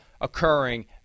occurring